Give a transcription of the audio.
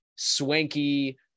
Swanky